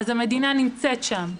המדינה נמצאת שם.